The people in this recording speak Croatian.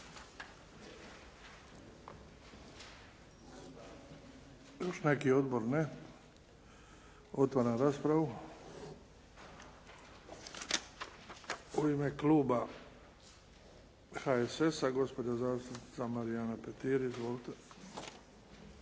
U ime kluba HSS-a, gospođa zastupnica Marijana Petir. Izvolite.